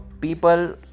people